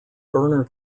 burner